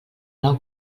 nou